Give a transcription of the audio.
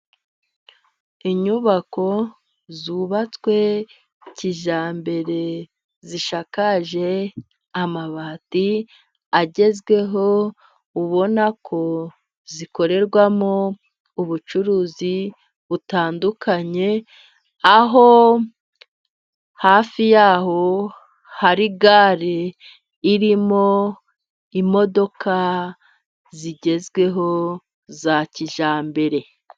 Inyubako zubatswe kijyambere zishakaje amabati agezweho ubona ko zikorerwamo ubucuruzi butandukanye aho hafi y'aho hari gare irimo imodoka zigezweho za kijyambere